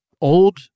old